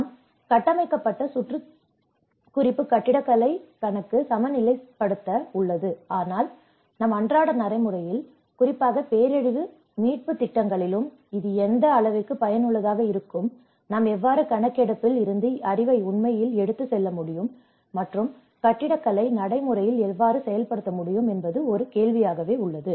நம்மால் கட்டமைக்கப்பட்ட சுற்று சுற்றி குறிப்பு கட்டிடக்கலை கணக்கு சமநிலை சமநிலைப்படுத்த உள்ளது ஆனால் நம் அன்றாட நடைமுறையில் குறிப்பாக பேரழிவு மீட்பு திட்டங்களிலும் இது எந்த அளவிற்கு பயனுள்ளதாக இருக்கும் நாம் எவ்வாறு கணக்கெடுப்பில் இருந்து அறிவை உண்மையில் எடுத்துச் செல்ல முடியும் மற்றும் கட்டிடக்கலை நடைமுறையில் எவ்வாறு செயல்படுத்த முடியும் என்பது ஒரு கேள்வியாக உள்ளது